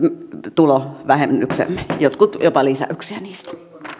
tulovähennyksemme jotkut jopa lisäyksiä niistä